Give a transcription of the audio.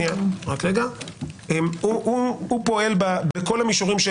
הוא פועל בכל המישורים.